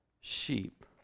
sheep